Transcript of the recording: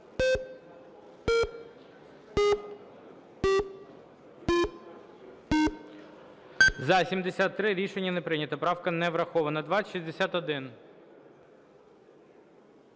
За-74 Рішення не прийнято. Правка не врахована.